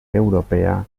europea